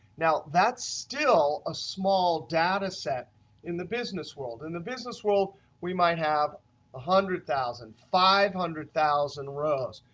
now that's still a small data set in the business world. in the business world we might have hundred thousand, five hundred thousand rows.